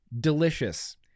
Delicious